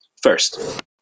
First